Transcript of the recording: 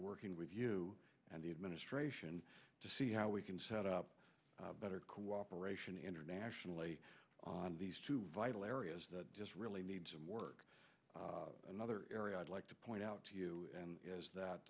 to working with you and the administration to see how we can set up better cooperation internationally on these two vital areas that just really need to work another area i'd like to point out to you is that